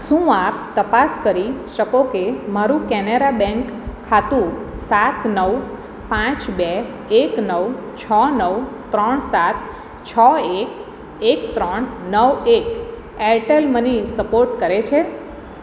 શું આપ તપાસ કરી શકો કે મારું કેનેરા બેંક ખાતું સાત નવ પાંચ બે એક નવ છ નવ ત્રણ સાત છ એક એક ત્રણ નવ એક એરટેલ મની સપોર્ટ કરે છે